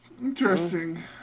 Interesting